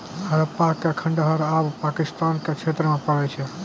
हड़प्पा के खंडहर आब पाकिस्तान के क्षेत्र मे पड़ै छै